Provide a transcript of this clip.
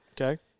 Okay